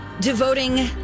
Devoting